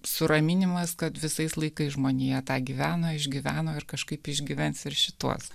suraminimas kad visais laikais žmonija tą gyveno išgyveno ir kažkaip išgyvens ir šituos